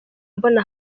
mbona